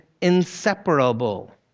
inseparable